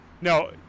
No